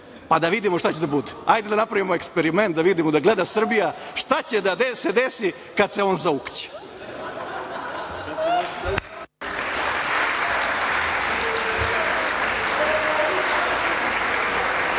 pa da vidimo šta će da bude. Hajde da napravimo eksperiment, da vidimo, da gleda Srbija šta će da se desi kada se on zaukće.